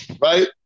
right